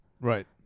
right